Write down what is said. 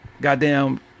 goddamn